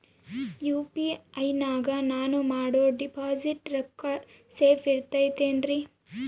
UPI ನಾಗ ನಾನು ಮಾಡೋ ಡಿಪಾಸಿಟ್ ರೊಕ್ಕ ಸೇಫ್ ಇರುತೈತೇನ್ರಿ?